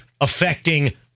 affecting